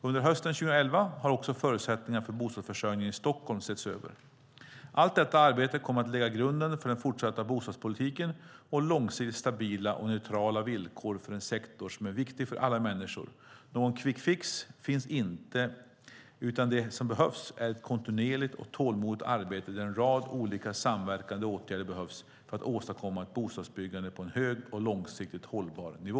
Under hösten 2011 har också förutsättningarna för bostadsförsörjningen i Stockholm setts över. Allt detta arbete kommer att lägga grunden för den fortsatta bostadspolitiken och långsiktigt stabila och neutrala villkor för en sektor som är viktig för alla människor. Någon "quick fix" finns inte, utan det som behövs är ett kontinuerligt och tålmodigt arbete där en rad olika, samverkande, åtgärder behövs för att åstadkomma ett bostadsbyggande på en hög och långsiktigt hållbar nivå.